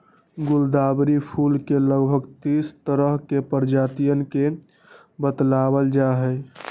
गुलदावरी फूल के लगभग तीस तरह के प्रजातियन के बतलावल जाहई